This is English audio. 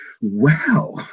wow